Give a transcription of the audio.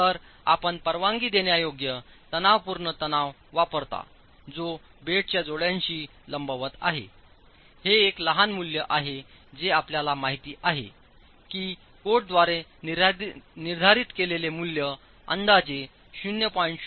तर आपण परवानगी देण्यायोग्य तणावपूर्ण तणाव वापरता जो बेडच्या जोड्याशी लंबवत आहे हे एक लहान मूल्य आहे हे आपल्याला माहिती आहे की कोडद्वारे निर्धारित केलेले मूल्य अंदाजे 0